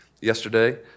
yesterday